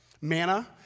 manna